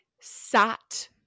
sat